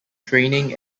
training